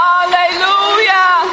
Hallelujah